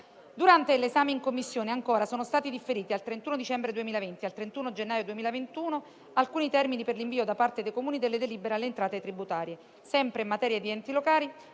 Durante l'esame in Commissione, sono stati inoltre differiti al 31 dicembre 2020 e al 31 gennaio 2021 alcuni termini per l'invio, da parte dei Comuni, delle delibere alle entrate tributarie. Sempre in materia di enti locali,